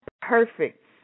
perfect